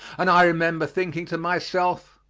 and i remember thinking to myself,